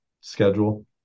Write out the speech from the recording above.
schedule